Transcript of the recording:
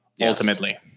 ultimately